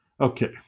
okay